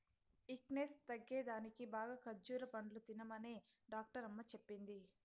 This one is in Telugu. ఈక్నేస్ తగ్గేదానికి బాగా ఖజ్జూర పండ్లు తినమనే డాక్టరమ్మ చెప్పింది